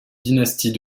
dynasties